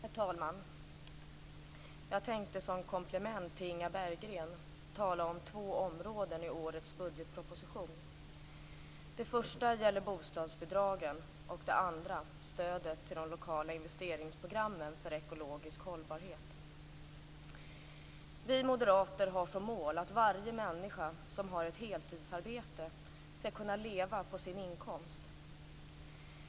Herr talman! Jag tänkte som komplement till Inga Berggrens anförande tala om två områden i årets budgetproposition. Det första gäller bostadsbidragen och det andra stödet till de lokala investeringsprogrammen för ekologisk hållbarhet. Vi moderater har som mål att varje människa som har ett heltidsarbete skall kunna leva på sin inkomst.